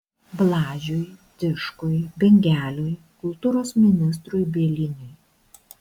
blažiui tiškui bingeliui kultūros ministrui bieliniui